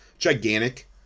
Gigantic